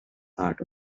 part